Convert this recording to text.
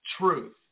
truth